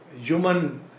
human